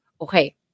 Okay